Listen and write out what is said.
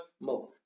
milk